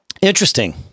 Interesting